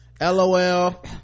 lol